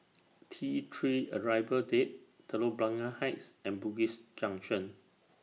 T three Arrival Dave Telok Blangah Heights and Bugis Junction